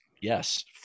Yes